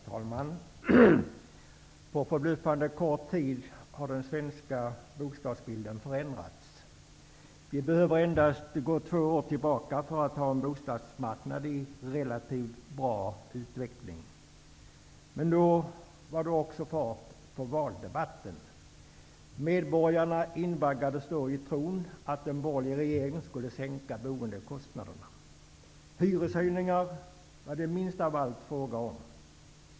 Herr talman! På förbluffande kort tid har den svenska bostadsbilden förändrats. Vi behöver endast gå två år tillbaka för att finna en bostadsmarknad i relativt bra utveckling. Men då var det också fart på valdebatten. Medborgarna invaggades i tron att en borgerlig regering skulle sänka boendekostnaderna. Hyreshöjningar var det minst av allt fråga om.